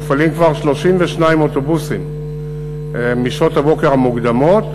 מופעלים כבר 32 אוטובוסים משעות הבוקר המוקדמות,